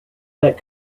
that